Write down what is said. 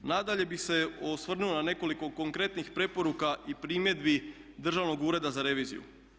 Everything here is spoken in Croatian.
Nadalje bih se osvrnuo na nekoliko konkretnih preporuka i primjedbi Državnog ureda za reviziju.